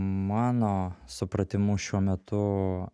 mano supratimu šiuo metu